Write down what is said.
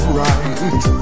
right